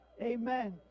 Amen